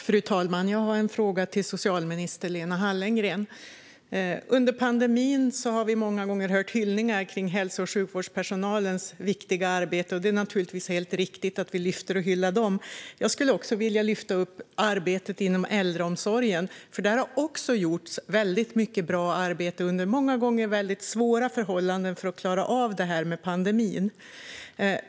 Fru talman! Jag har en fråga till socialminister Lena Hallengren. Under pandemin har vi många gånger hört hyllningar av hälso och sjukvårdspersonalens viktiga arbete. Det är naturligtvis helt riktigt att vi lyfter och hyllar dem. Jag skulle också vilja lyfta fram arbetet inom äldreomsorgen. Också där har man gjort mycket bra arbete, många gånger under väldigt svåra förhållanden, för att klara av det här med pandemin.